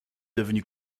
devenu